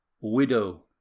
widow